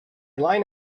line